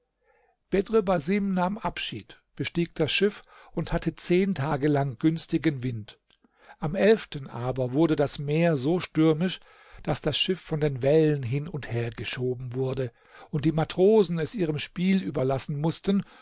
basim nahm abschied bestieg das schiff und hatte zehn tage lang günstigen wind am elften aber wurde das meer so stürmisch daß das schiff von den wellen hin und her geschoben wurde und die matrosen es ihrem spiel überlassen mußten